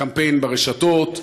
קמפיין ברשתות.